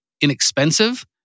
inexpensive